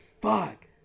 Fuck